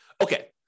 Okay